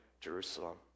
Jerusalem